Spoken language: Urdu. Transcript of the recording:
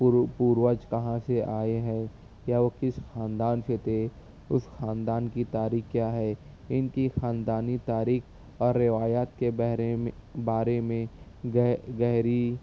پر پروج کہاں سے آئے ہیں یا وہ کس خاندان سے تھے اس خاندان کی تاریخ کیا ہے ان کی خاندانی تاریخ اور روایات کے دائرے میں دائرے میں بارے میں گہ گہری